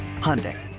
Hyundai